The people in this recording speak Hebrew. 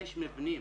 יש מבנים